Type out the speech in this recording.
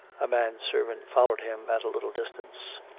a man servant followed him at a little distance.